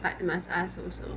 but must ask also